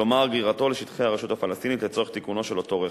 כלומר גרירתו לשטחי הרשות הפלסטינית לצורך תיקון אותו רכב.